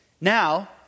Now